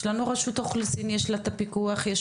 יש לנו רשות אוכלוסין שלה יש את הפיקוח שלה,